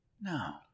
No